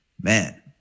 man